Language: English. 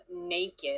naked